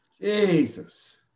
Jesus